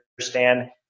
understand